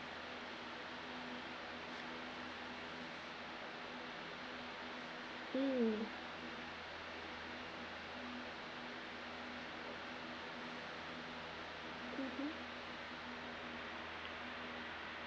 hmm mmhmm